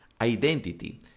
Identity